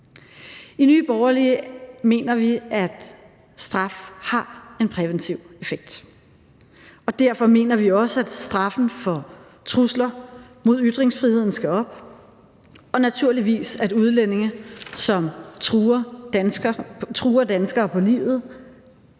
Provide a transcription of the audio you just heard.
I Nye Borgerlige mener vi, at straf har en præventiv effekt, og derfor mener vi også, at straffen for trusler mod ytringsfriheden skal sættes op, og naturligvis, at udlændinge, som truer danskere på livet